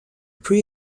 pre